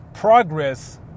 Progress